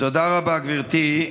תודה רבה, גברתי.